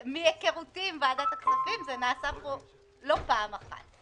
מהיכרותי עם ועדת הכספים, זה נעשה פה לא פעם אחת.